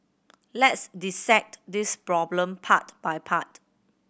let's dissect this problem part by part